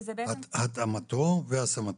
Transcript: התאמתו והשמתו.